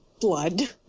blood